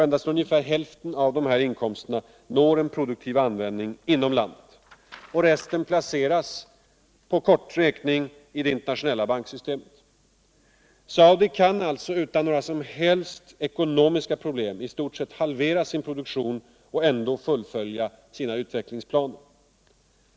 Endast ungefär hälften av dessa inkomster når en produktiv användning inom landet, och resten placeras på kort räkning i det internationella banksystemet. Saudi-Arabien kan alltså utan några som helst ekonomiska problem halvera sin oljeproduktion och ändå fullgöra sina utvecklingsplaner.